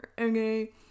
Okay